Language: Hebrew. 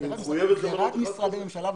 רק משרדי ממשלה.